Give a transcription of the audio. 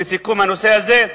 לסיכום הנושא הזה,